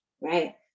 right